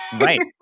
Right